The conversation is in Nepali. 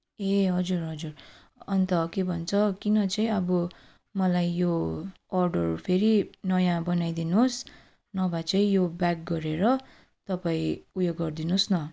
ए हजुर हजुर अन्त के भन्छ किन चाहिँ अब मलाई यो अर्डर फेरि नयाँ बनाइदिनुहोस् नभए चाहिँ यो ब्याक गरेर तपाईँ उयो गरिदिनुहोस् न